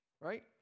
right